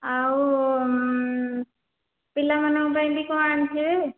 ଆଉ ପିଲାମାନଙ୍କ ପାଇଁ ବି କ'ଣ ଆଣିଥିବେ